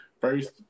First